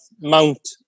Mount